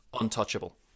untouchable